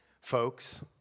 folks